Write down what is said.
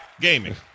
gaming